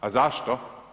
A zašto?